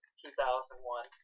2001